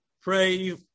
pray